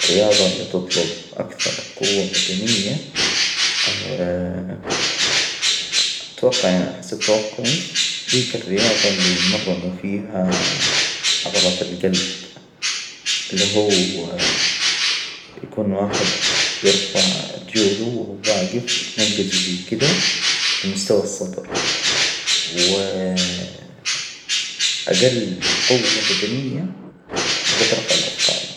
الرياضة اللي تطلب أكثر قوة بدنية. أتوقع يعني حسب توقعي ديك الرياضة إللي يمرنوا فيها عضلة الجلب. اللي هو يكون واحد يرفع رجوله وهو واجف ويتنكزو زي كدا لمستوى الصدر. و أجل قوة بدنية حاجات رفع الأثقال هذي.